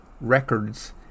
Records